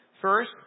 First